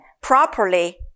properly